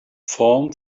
form